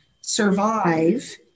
survive